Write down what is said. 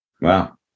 Wow